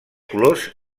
colors